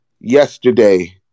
Yesterday